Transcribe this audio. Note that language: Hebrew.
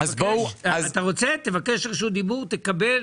אתה רוצה, תבקש רשות דיבור ותקבל